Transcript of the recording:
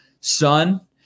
son